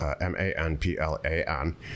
M-A-N-P-L-A-N